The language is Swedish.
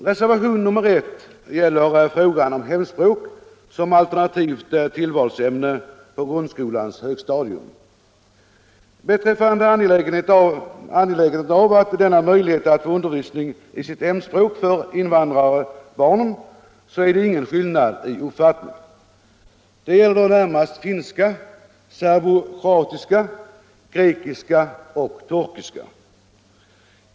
Reservationen 1 gäller frågan om hemspråk som alternativt tillvalsämne på grundskolans högstadium. Vad beträffar angelägenheten för invandrarbarn att få denna möjlighet till undervisning i sitt hemspråk är det ingen skillnad i uppfattningen. Det gäller närmast finska, serbokroatiska, grekiska och turkiska.